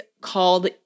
called